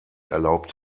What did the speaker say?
erlaubt